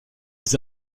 les